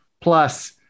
plus